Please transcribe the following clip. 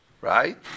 right